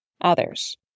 others